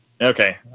okay